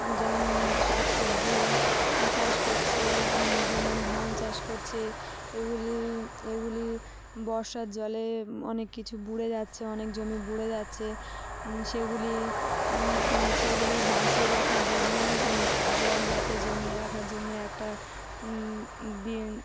যেমন শাকসবজি চাষ করছে যেমন ধান চাষ করছে এগুলি এগুলি বর্ষার জলে অনেক কিছু বুড়িয়ে যাচ্ছে অনেক জমি বুড়িয়ে যাচ্ছে সেগুলি সেগুলি বাঁচিয়ে রাখার জন্য জল যাতে জমিয়ে রাখার জন্য একটা বি